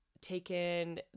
taken